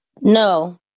no